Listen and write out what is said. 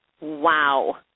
Wow